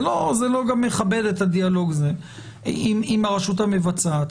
זה גם לא מכבד את הדיאלוג הזה עם הרשות המבצעת.